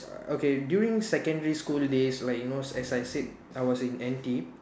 okay during secondary school days like you know as I said I was in N_T